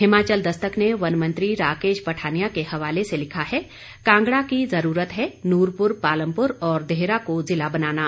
हिमाचल दस्तक ने वन मंत्री राकेश पठानिया के हवाले से लिखा है कांगड़ा की जरूरत है नूरपुर पालमपुर और देहरा को जिला बनाना